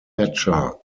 thatcher